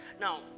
now